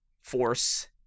force